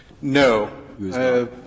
No